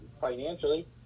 financially